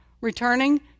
returning